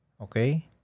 Okay